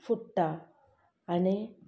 फुट्टा आनी